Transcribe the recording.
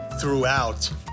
throughout